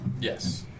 Yes